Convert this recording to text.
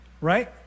right